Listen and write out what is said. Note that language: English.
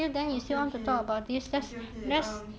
okay okay okay okay um